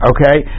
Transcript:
Okay